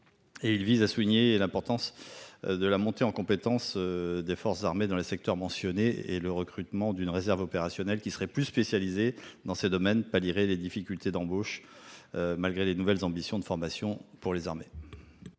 -, vise à souligner l'importance de la montée en compétences des forces armées dans les secteurs mentionnés. Le recrutement d'une réserve opérationnelle plus spécialisée dans ces domaines pallierait les difficultés d'embauches, malgré les nouvelles ambitions de formation pour les armées.